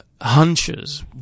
hunches